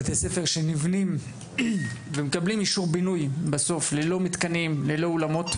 בתי ספר שנבנים ומקבלים אישור בינוי ללא מתקנים וללא אולמות.